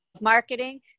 marketing